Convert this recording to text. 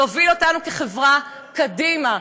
להוביל אותנו כחברה קדימה.